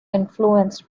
influenced